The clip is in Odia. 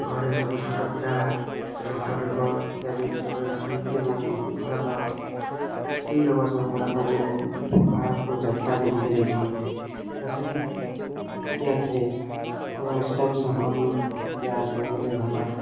ଘରେ ସବୁ ଛୋଟ ପିଲା ବୃଦ୍ଧ ଲୋକ ଇତ୍ୟାଦି ସଭିଏ ଅଛନ୍ତି ଏବଂ ଘର ର ସ୍ତ୍ରୀ ଲୋକ ସବୁ ଗୁଡ଼ାକ ଯେଉଁ ବାହାରକୁ ଯାତ୍ରା ରେ ବୁଲି ଯାଇଛନ୍ତି ତ ସେଇଠି ଏକୁଟିଆ ଥିଲେ ତ ସେଇଟା ବି ସମ୍ଭବ ନୁହେ ଏକୁଟିଆ ସବୁ ବେଳେ ରହିବାଟା